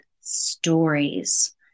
stories